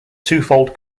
twofold